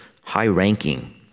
high-ranking